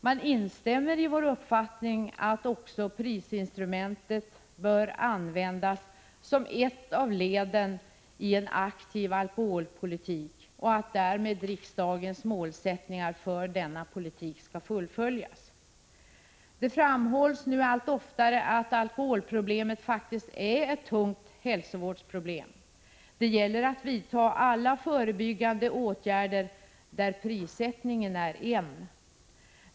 Man instämmer i vår uppfattning att också prisinstrumentet bör användas som ett av medlen i en aktiv alkoholpolitik och att riksdagens målsättning för denna politik skall fullföljas. Det framhålls nu allt oftare att alkoholen faktiskt är ett stort hälsovårdsproblem. Det gäller att vidta alla förebyggande åtgärder, och där ingår prissättningen som en.